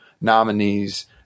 nominees